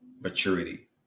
maturity